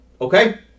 Okay